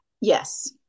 Yes